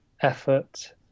effort